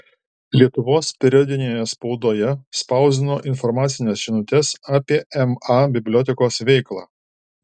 lietuvos periodinėje spaudoje spausdino informacines žinutes apie ma bibliotekos veiklą